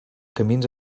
camins